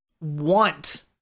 want